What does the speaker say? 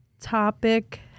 topic